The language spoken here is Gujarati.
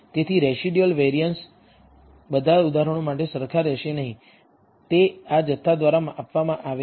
તેથી રેસિડયુઅલનું વેરિઅન્સ બધા ઉદાહરણો માટે સરખા રહેશે નહીં તે આ જથ્થા દ્વારા આપવામાં આવે છે